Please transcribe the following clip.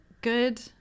Good